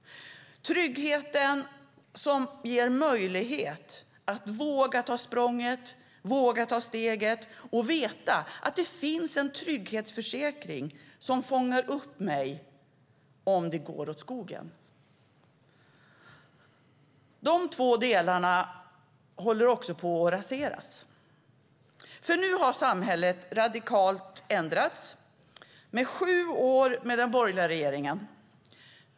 Tryggheten har gett möjlighet att våga ta språnget, våga ta steget, att veta att det finns en trygghetsförsäkring som fångar upp honom eller henne om det går åt skogen. Dessa båda delar håller på att raseras, för nu har samhället ändrats radikalt efter sju år med borgerlig regering.